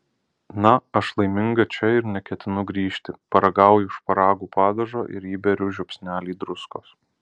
na aš laiminga čia ir neketinu grįžti paragauju šparagų padažo ir įberiu žiupsnelį druskos